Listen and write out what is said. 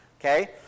okay